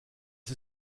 ist